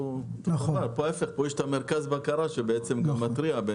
להפך, פה יש מרכז בקרה שמתריע.